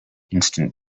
instant